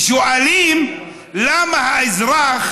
ושואלים למה לאזרח